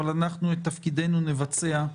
אבל אנחנו את תפקידנו נבצע.